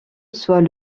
soit